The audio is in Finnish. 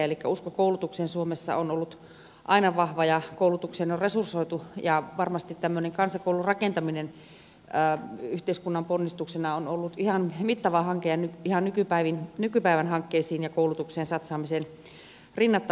elikkä usko koulutukseen suomessa on ollut aina vahva ja koulutusta on resursoitu ja varmasti tämmöinen kansakoulun rakentaminen yhteiskunnan ponnistuksena on ollut ihan mittava hanke ja ihan nykypäivän hankkeisiin ja koulutukseen satsaamiseen rinnastettavissa